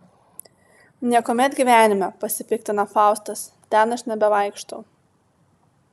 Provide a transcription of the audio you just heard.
niekuomet gyvenime pasipiktina faustas ten aš nebevaikštau